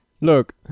Look